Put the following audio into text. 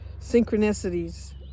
synchronicities